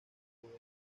poder